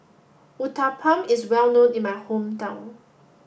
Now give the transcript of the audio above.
Uthapam is well known in my hometown